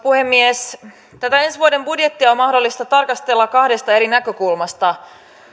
puhemies tätä ensi vuoden budjettia on mahdollista tarkastella kahdesta eri näkökulmasta